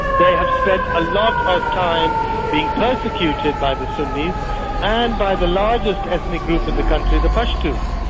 they have spent a lot of time being persecuted by the sunnis and by the largest ethnic group in the country, the pashtuns.